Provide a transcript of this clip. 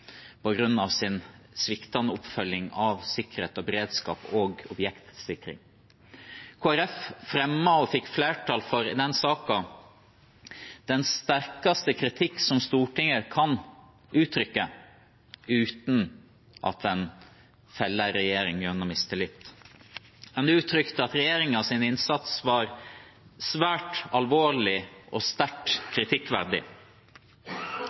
av sin sviktende oppfølging av sikkerhet og beredskap og objektsikring. Kristelig Folkeparti fremmet – og fikk flertall i den saken – den sterkeste kritikk som Stortinget kan uttrykke uten at en feller en regjering gjennom mistillit. En uttrykte at regjeringens innsats var svært alvorlig og sterkt